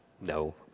No